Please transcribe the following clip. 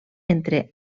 entre